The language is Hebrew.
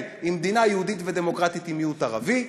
היא מדינה יהודית ודמוקרטית עם מיעוט ערבי,